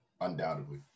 undoubtedly